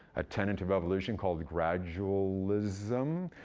a tenant of evolution called gradualism?